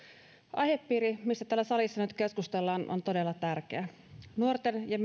aihepiiri mistä täällä salissa nyt keskustellaan on todella tärkeä nuorten ja